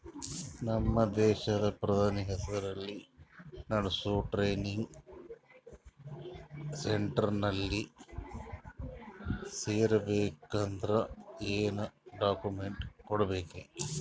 ನಮ್ಮ ದೇಶದ ಪ್ರಧಾನಿ ಹೆಸರಲ್ಲಿ ನೆಡಸೋ ಟ್ರೈನಿಂಗ್ ಸೆಂಟರ್ನಲ್ಲಿ ಸೇರ್ಬೇಕಂದ್ರ ಏನೇನ್ ಡಾಕ್ಯುಮೆಂಟ್ ಕೊಡಬೇಕ್ರಿ?